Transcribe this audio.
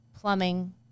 Plumbing